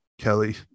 Kelly